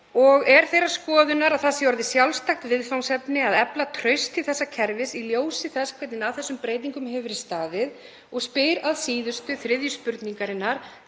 Ég er þeirrar skoðunar að það sé orðið sjálfstætt viðfangsefni að efla traust til þessa kerfis í ljósi þess hvernig að þessum breytingum hefur verið staðið. Ég spyr að síðustu þriðju spurningarinnar: